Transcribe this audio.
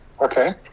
Okay